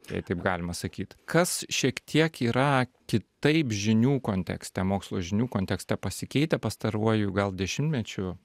jei taip galima sakyt kas šiek tiek yra kitaip žinių kontekste mokslo žinių kontekste pasikeitę pastaruoju gal dešimtmečiu